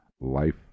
life